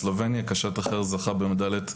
ושני מסלולים שבהם 40 ילדים אוכלים אחד את השני,